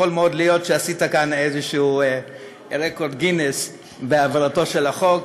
ויכול מאוד להיות שעשית כאן איזשהו רקורד גינס בהעברתו של החוק,